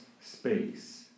space